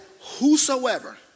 whosoever